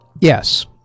Yes